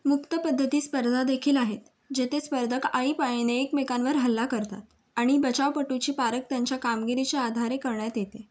मुक्त पद्धती स्पर्धादेखील आहेत जेथे स्पर्धक आळीपाळीने एकमेकांवर हल्ला करतात आणि बचावपटूची पारख त्यांच्या कामगिरीच्या आधारे करण्यात येते